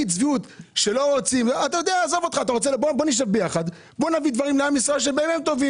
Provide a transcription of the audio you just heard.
בוא נשב ביחד ונביא לעם ישראל דברים טובים.